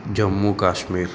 Jammu Kashmir